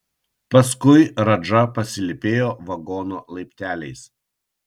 paskui radža pasilypėjo vagono laipteliais